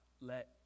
let